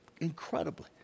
incredibly